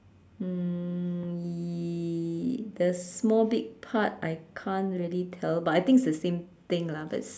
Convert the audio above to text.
um the small big part I can't really tell but I think it's the same thing lah but it's